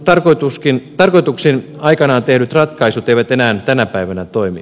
hyvin tarkoituksin aikanaan tehdyt ratkaisut eivät enää tänä päivänä toimi